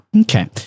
Okay